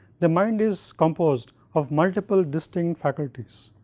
the mind is composed of multiple distinct faculties,